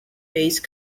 base